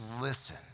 listen